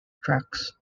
tracks